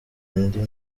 indi